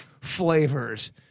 flavors